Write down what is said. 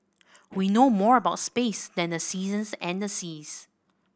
we know more about space than the seasons and the seas